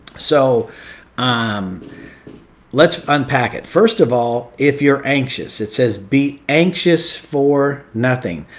so um let's unpack it. first of all, if you're anxious, it says, be anxious for nothing.